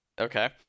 okay